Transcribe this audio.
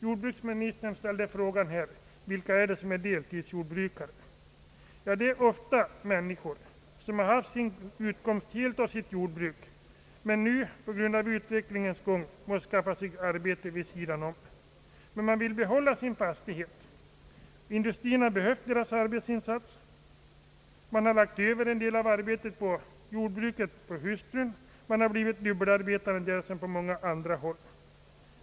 Jordbruksministern ställde frågan vilka det är som är deltidsjordbrukare. Ja, det är ofta människor som tidigare helt haft sin utkomst av jordbruket men som nu på grund av utvecklingens gång måste skaffa sig arbete vid sidan om. De vill dock behålla sin fastighet. Industrierna behöver deras arbetsinsats. De har ofta lagt över en del av arbetet i jordbruket på hustrun och man har där som på så många andra håll blivit dubbelarbetande.